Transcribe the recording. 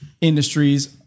industries